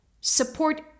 support